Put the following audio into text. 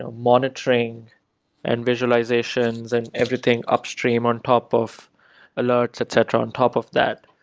ah monitoring and visualization and everything upstream on top of alerts, etc, on top of that.